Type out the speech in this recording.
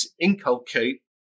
inculcate